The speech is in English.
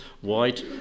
white